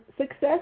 success